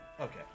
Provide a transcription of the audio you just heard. Okay